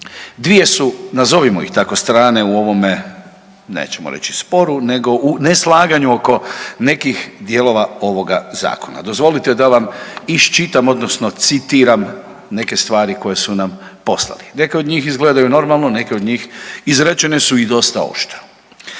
Dvije su, nazovimo ih tako, strane u ovome, nećemo reći sporu, nego u neslaganju oko nekih dijelova ovoga Zakona. Dozvolite da vam iščitam odnosno citiram neke stvari koje su nam poslali. Neke od njih izgledaju normalno, neke od njih izrečene su i dosta oštro.